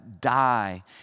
die